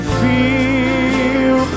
feel